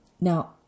Now